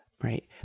Right